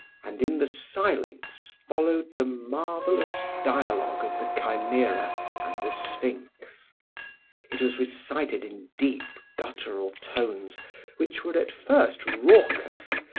and in the silence followed the marvelous dialogue of the chimera and the sphinx it was recited in deep guttural tones which were at first raucous,